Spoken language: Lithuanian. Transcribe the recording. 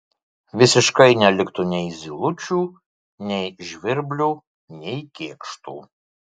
visiškai neliktų nei zylučių nei žvirblių nei kėkštų